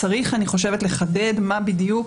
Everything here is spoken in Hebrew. צריך לחדד מה בדיוק,